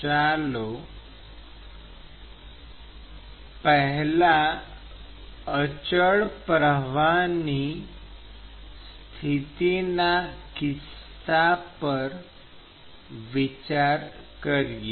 ચાલો પેહલા અચળ પ્રવાહની સ્થિતિના કિસ્સા પર વિચાર કરીએ